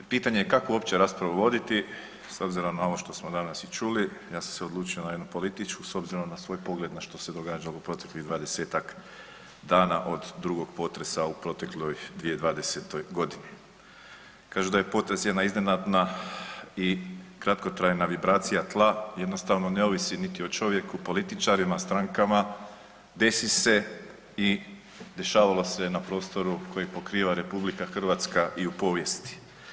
Pitanje je kako uopće raspravu voditi s obzirom na ovo što smo danas čuli, ja sam se odlučio na jednu političku s obzirom na svoj pogled na što se događalo u proteklih 20-tak dana od drugog potresa u protekloj 2020. g. Kažu da je potres jedna iznenadna i kratkotrajna vibracija tla, jednostavno ne ovisi o čovjeku, političarima, strankama, desi se i dešavalo se na prostoru koji pokriva RH i u povijesti.